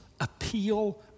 appeal